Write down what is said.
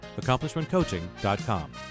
AccomplishmentCoaching.com